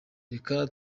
reka